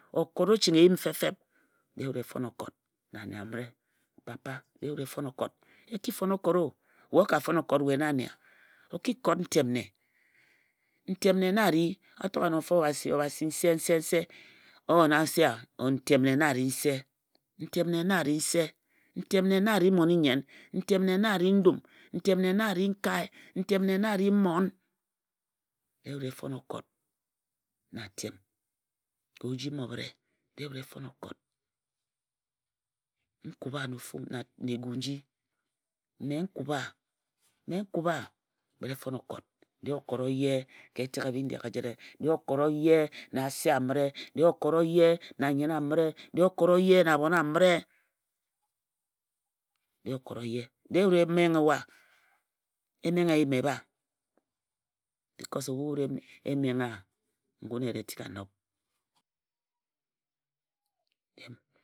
Okot o ching eyim fep fep dee wut e fon okot na ane a mǝre papa e ki fon. Okot o. We o ka fon okot we na nne a? o ki kot ntem nne. Ntem na a ri a tok ano mfa Obhasi Obhasi nse nse nse o yena nse a? Ntem nne na a ri nse. Ntem nne na ri mmom-i-nnyen, Nkom nne na a ri ndum Ntem nne na ri nkae. Ntem na a ri mmon. Dee wut e fon okot na atem. Ka ojimi obhǝre dee wut effon okot. N kub wa na egu nji mme n kub wa mme n kub wa bǝt e fon okot Dee okot o ye ka etek Bindeghe ejǝre. Dee okot o ye na ase amǝre. Dee okot o ye na anyen amǝre. Dee okot o ye na abhon amǝre. Dee okot o ye. Dee wut e menghe wa e menghe eyim ebha bicos ebhu e menghe wa ngun eyere tik a nab.